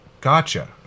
gotcha